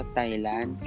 Thailand